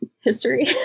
history